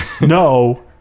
no